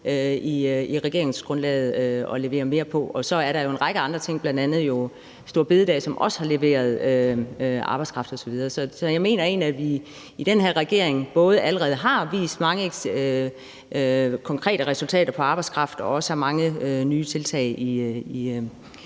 i regeringsgrundlaget til at levere mere på. Og så er der en række andre ting, bl.a. jo store bededag, som også har leveret arbejdskraft osv. Så jeg mener egentlig, at vi i den her regering både allerede har vist mange konkrete resultater på arbejdskraft og også har mange nye tiltag i